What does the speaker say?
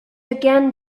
again